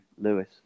Lewis